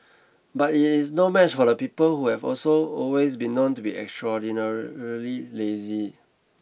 but it is no match for the people who have also always been known to be extraordinarily lazy